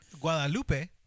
Guadalupe